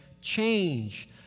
Change